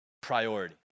priority